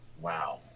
Wow